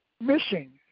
missing